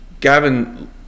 Gavin